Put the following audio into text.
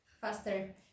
faster